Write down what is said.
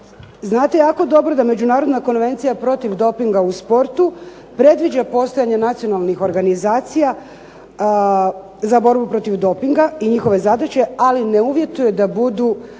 znate jako dobro da Međunarodna konvencija protiv dopinga u sportu predviđa postojanje nacionalnih organizacija za borbu protiv dopinga i njihove zadaće, ali ne uvjetuje da budu